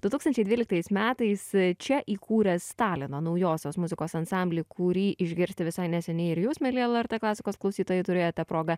du tūkstančiai dvyliktais metais čia įkūręs talino naujosios muzikos ansamblį kurį išgirsti visai neseniai ir jūs mieli lrt klasikos klausytojai turėjote progą